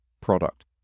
product